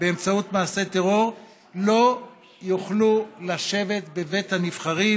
באמצעות מעשי טרור לא יוכלו לשבת בבית הנבחרים.